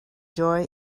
joy